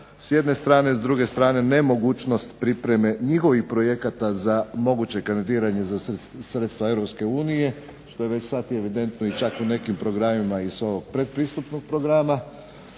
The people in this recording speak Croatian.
s jedne strane. S druge strane nemogućnost pripreme njihovih projekata za moguće kandidiranje za sredstva Europske unije što je već i sad evidentno i čak u nekim programima iz ovog predpristupnog programa.